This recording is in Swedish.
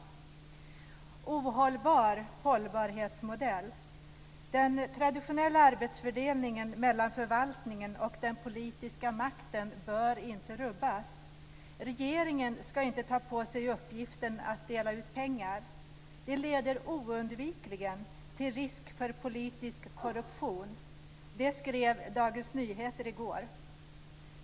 Rubriken på en artikel är Ohållbar hållbarhetsmodell: "Den traditionella arbetsfördelningen mellan förvaltningen och den politiska makten bör inte rubbas. Regeringen ska inte ta på sig uppgiften att dela ut pengar. Det leder oundvikligen till risk för politisk korruption." Det skrev Dagens Nyheter i går.